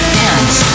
dance